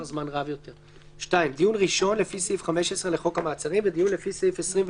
משרד הבריאות לשירות בתי הסוהר ולהנהלת בתי המשפט,